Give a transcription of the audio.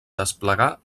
desplegar